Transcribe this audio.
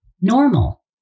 normal